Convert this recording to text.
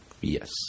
Yes